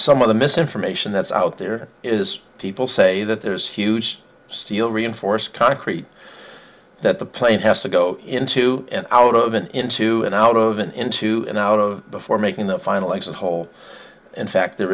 some of the misinformation that's out there is people say that there is huge steel reinforced concrete that the plane has to go into and out of an into and out of an into and out of before making the final exit hole in fact there